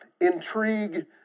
intrigue